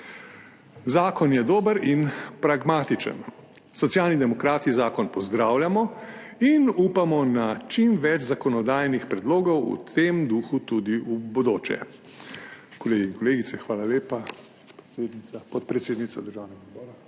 Zakon je dober in pragmatičen. Socialni demokrati zakon pozdravljamo in upamo na čim več zakonodajnih predlogov v tem duhu tudi v bodoče. Kolegi in kolegice, hvala lepa. Podpredsednica Državnega zbora, hvala.